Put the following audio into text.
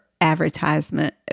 advertisement